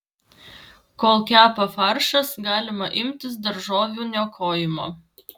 kol kepa faršas galima imtis daržovių niokojimo